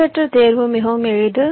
சீரற்ற தேர்வு மிகவும் எளிது